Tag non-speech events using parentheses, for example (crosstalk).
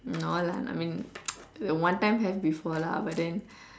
no lah I mean (noise) one time have before lah but then